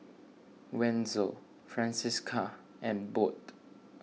Wenzel Francisca and Bode